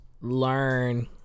learn